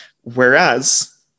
Whereas